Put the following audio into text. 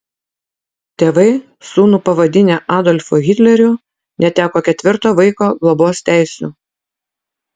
tėvai sūnų pavadinę adolfu hitleriu neteko ketvirto vaiko globos teisių